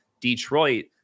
Detroit